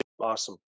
awesome